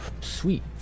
sweet